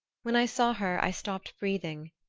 when i saw her i stopped breathing.